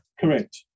Correct